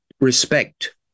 respect